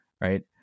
right